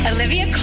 Olivia